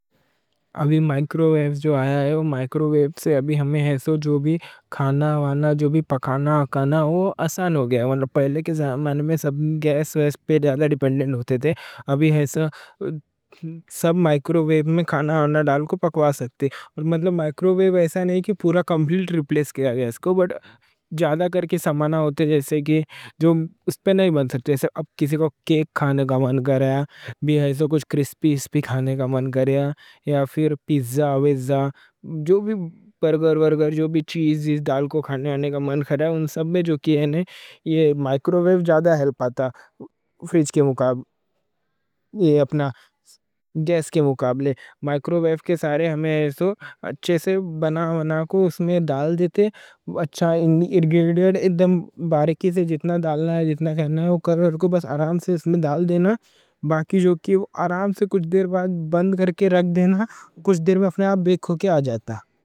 ابھی مائیکروویو جو آیا ہے، مائیکروویو سے ابھی ہمنا ایسے جو بھی کھانا آونا، جو بھی پکانا آکانا، وہ آسان ہو گیا ہے۔ پہلے کے زمانے میں سب گیس پہ زیادہ ڈیپنڈنٹ رہتے، ابھی ایسے سب مائیکروویو میں کھانا آونا ڈال کے پکوا سکتے۔ مائیکروویو ایسا نئیں کہ پورا کمپلیٹ ریپلیس کیا گیا۔ جیسے کہ جو اس پہ نئیں بن سکتے، اب کسی کو کیک کھانے کا من کرے، یا پھر کرسپس بھی کھانے کا من کرے، یا پھر پیزا ویزا، جو بھی برگر ورگر جو بھی چیز ڈال کے کھانے کا من کرے، ان سب میں یہ مائیکروویو زیادہ ہیلپ آتا۔ فریج کے مقابلے، اپنا گیس کے مقابلے، مائیکروویو کے سارے ہمنا ایسے اچھے سے، جتنا ڈالنا ہے، جتنا کرنا ہے وہ کرو، اور بس آرام سے اس میں ڈال دینا۔ کچھ دیر میں اپنے آپ بیک ہو کے آ جاتا۔